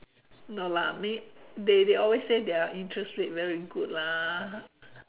no lah I mean they they always say their interest rate very good lah